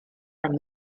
from